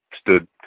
stood